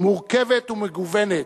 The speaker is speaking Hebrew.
מורכבת ומגוונת,